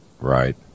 Right